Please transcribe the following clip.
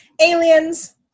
aliens